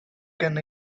can